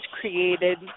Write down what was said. created